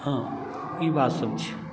हँ ई बातसभ छै